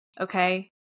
okay